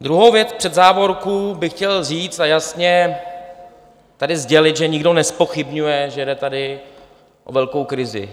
Druhou věc před závorku bych chtěl říct a jasně tady sdělit, že nikdo nezpochybňuje, že je tady o velkou krizi.